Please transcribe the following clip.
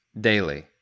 daily